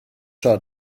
tro